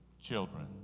children